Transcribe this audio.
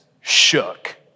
shook